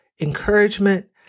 encouragement